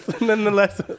Nonetheless